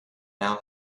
now